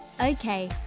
Okay